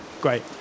Great